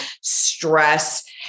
stress